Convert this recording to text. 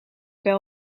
wel